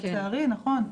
לצערי, נכון.